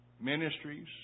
Ministries